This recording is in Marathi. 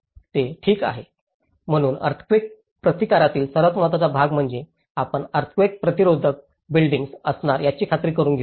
ते ठीक आहे म्हणून अर्थक्वेक प्रतिकारातील सर्वात महत्वाचा भाग म्हणजे आपण अर्थक्वेक प्रतिरोधक बिल्डींग्स असणार याची खात्री करुन घ्या